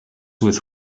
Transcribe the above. with